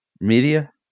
media